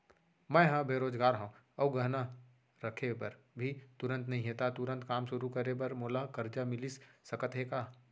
मैं ह बेरोजगार हव अऊ गहना रखे बर भी तुरंत नई हे ता तुरंत काम शुरू करे बर मोला करजा मिलिस सकत हे का?